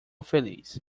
feliz